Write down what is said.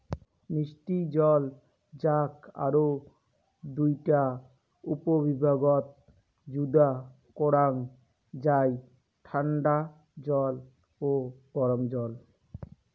মিষ্টি জল যাক আরও দুইটা উপবিভাগত যুদা করাং যাই ঠান্ডা জল ও গরম জল